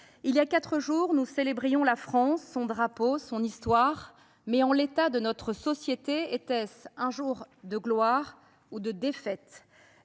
Voilà quatre jours, nous célébrions la France, son drapeau, son histoire… Mais, en l’état de notre société, était ce un jour de gloire ou un jour de défaite ?